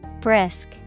brisk